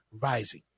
rising